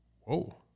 Whoa